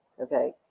Okay